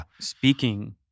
speaking